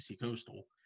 Coastal